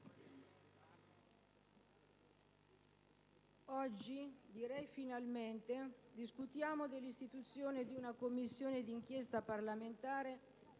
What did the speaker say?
oggi - direi finalmente! - discutiamo dell'istituzione di una Commissione di inchiesta parlamentare